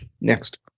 next